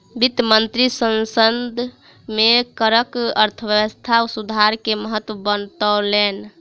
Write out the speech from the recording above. वित्त मंत्री संसद में करक अर्थव्यवस्था सुधार के महत्त्व बतौलैन